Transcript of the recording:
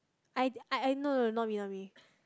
I I no no not me not me